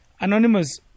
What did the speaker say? Anonymous